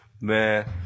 Man